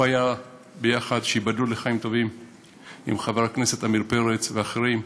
הוא היה יחד עם חבר הכנסת עמיר פרץ ואחרים,